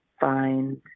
find